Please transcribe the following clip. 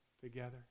together